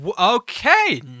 okay